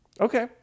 Okay